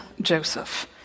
Joseph